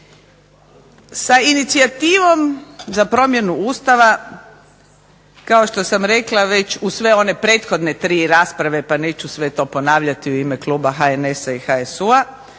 Sa inicijativom za promjenom Ustava kao što sam rekla već uz sve one prethodne tri rasprave, pa neću sve to ponavljati u ime kluba HNS-a i HSU-a